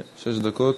כן, שש דקות,